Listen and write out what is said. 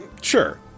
Sure